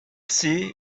see